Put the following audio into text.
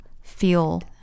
feel